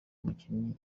umukinnyi